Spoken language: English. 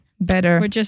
better